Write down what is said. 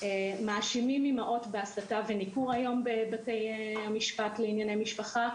מאשימים אימהות בהסתה וניכור היום בבתי המשפט לענייני משפחה.